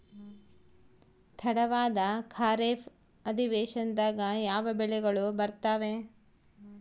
ತಡವಾದ ಖಾರೇಫ್ ಅಧಿವೇಶನದಾಗ ಯಾವ ಬೆಳೆಗಳು ಬರ್ತಾವೆ?